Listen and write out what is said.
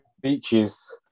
beaches